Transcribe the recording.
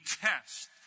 test